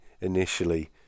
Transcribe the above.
initially